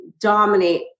dominate